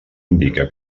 indica